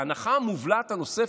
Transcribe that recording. ההנחה המובלעת הנוספת,